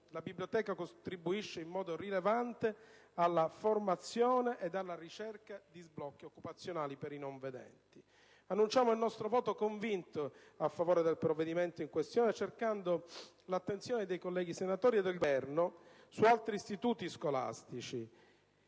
La biblioteca contribuisce in modo rilevante alla formazione ed alla ricerca di sbocchi occupazionali per i non vedenti. Annunciamo il nostro voto convinto a favore del provvedimento in questione, cercando l'attenzione dei colleghi senatori e del Governo su altri istituti scolastici